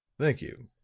thank you,